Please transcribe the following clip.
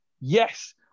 Yes